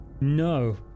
No